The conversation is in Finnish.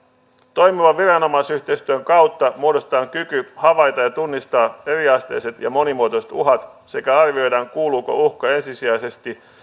toimivan viranomaisyhteistyön kautta muodostetaan kyky havaita ja tunnistaa eriasteiset ja monimuotoiset uhat sekä arvioidaan kuuluuko uhka ensisijaisesti